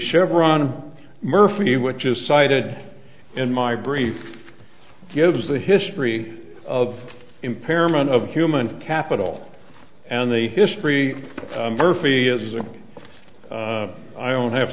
chevron murphy which is cited in my brief gives the history of impairment of human capital and the history murphy is or i don't have